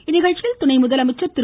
இந்நிகழ்ச்சியில் துணை முதலமைச்சர் திரு